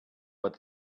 what